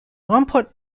remporte